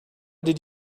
did